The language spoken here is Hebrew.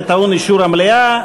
זה טעון אישור המליאה.